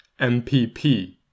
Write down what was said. MPP